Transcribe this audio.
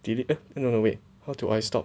delete eh no no wait how do I stop